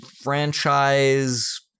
franchise